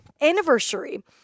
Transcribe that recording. Anniversary